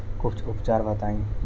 कुछ उपचार बताई?